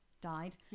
died